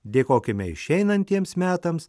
dėkokime išeinantiems metams